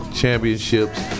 championships